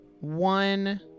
One